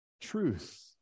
truth